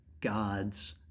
God's